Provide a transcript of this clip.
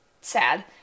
sad